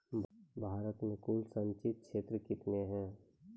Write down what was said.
भारत मे कुल संचित क्षेत्र कितने हैं?